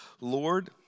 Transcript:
Lord